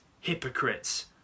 hypocrites